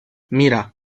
mira